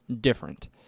different